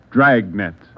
Dragnet